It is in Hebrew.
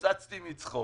התפוצצתי מצחוק.